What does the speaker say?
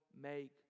make